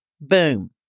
Boom